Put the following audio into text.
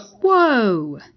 Whoa